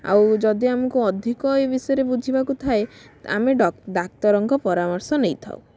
ଆଉ ଯଦି ଆମକୁ ଅଧିକ ଏଇ ବିଷୟରେ ବୁଝିବାକୁ ଥାଏ ଆମେ ଡାକ୍ତରଙ୍କ ପରାମର୍ଶ ନେଇଥାଉ